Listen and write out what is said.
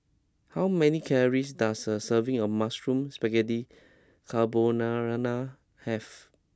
how many calories does a serving of Mushroom Spaghetti Carbonara have